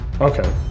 Okay